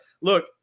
look